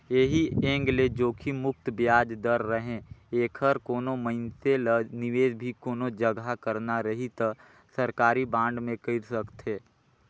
ऐही एंग ले जोखिम मुक्त बियाज दर रहें ऐखर कोनो मइनसे ल निवेस भी कोनो जघा करना रही त सरकारी बांड मे कइर सकथे